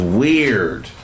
weird